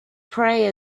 pray